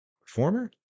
performer